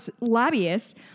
lobbyist